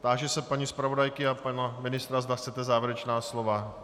Táži se paní zpravodajky a pana ministra, zda chtějí závěrečná slova.